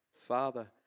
father